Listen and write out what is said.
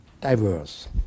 diverse